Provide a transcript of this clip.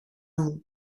μου